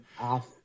off